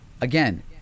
again